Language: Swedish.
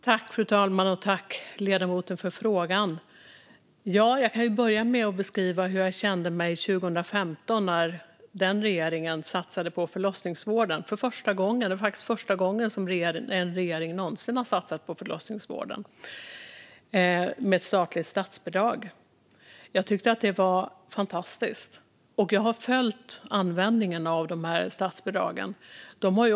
Fru talman! Jag tackar ledamoten för frågan. Jag kan börja med att beskriva hur jag kände mig 2015 när dåvarande regeringen satsade på förlossningsvården - första gången som en regering någonsin har satsat på förlossningsvården med statsbidrag. Jag tyckte att det var fantastiskt! Jag har följt användningen av dessa statsbidrag.